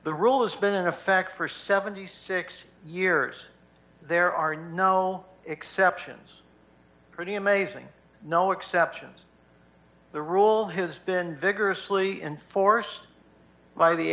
the rule has been in effect for seventy six years there are no exceptions pretty amazing no exceptions the rule has been vigorously enforced by the